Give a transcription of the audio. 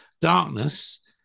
Darkness